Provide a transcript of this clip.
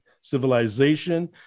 Civilization